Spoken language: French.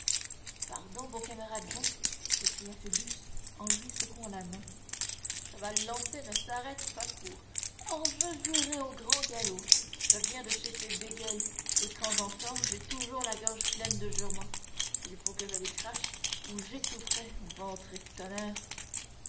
pardon bon camarade jehan s'écria phoebus en lui secouant la main cheval lancé ne s'arrête pas court or je jurais au grand galop je viens de chez ces bégueules et quand j'en sors j'ai toujours la gorge pleine de jurements il faut que je les crache ou j'étoufferais ventre et tonnerre